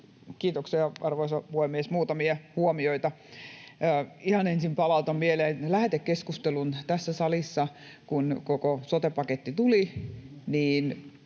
Kiitoksia, arvoisa puhemies! Muutamia huomioita. Ihan ensin palautan mieleen lähetekeskustelun tässä salissa. Kun koko sote-paketti tuli,